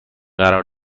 قرار